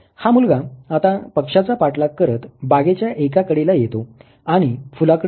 हा मुलगा आता पक्षाचा पाठलाग करत बागेच्या एका कडेला येतो आणि फुलाकडे बघतो